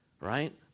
right